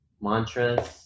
mantras